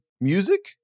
music